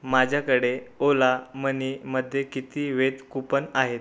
माझ्याकडे ओला मनीमध्ये किती वेध कूपन आहेत